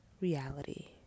reality